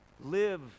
live